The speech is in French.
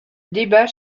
débat